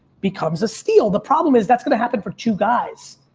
becomes a steal. the problem is that's going to happen for two guys.